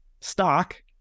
stock